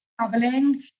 traveling